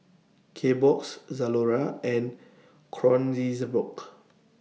Kbox Zalora and Kronenbourg